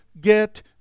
get